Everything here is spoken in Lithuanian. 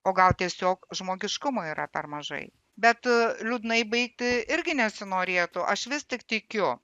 o gal tiesiog žmogiškumo yra per mažai bet liūdnai baigti irgi nesinorėtų aš vis tik tikiu